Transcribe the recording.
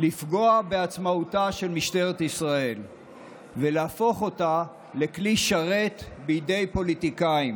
לפגוע בעצמאותה של משטרת ישראל ולהפוך אותה לכלי שרת בידי פוליטיקאים.